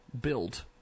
built